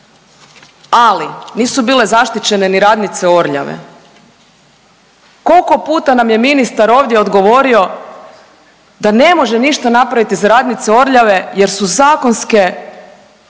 ali nisu bile zaštićene ni radnice Orljave. Koliko puta nam je ministar ovdje odgovorio da ne može ništa napraviti za radnice Orljave jer su zakonske,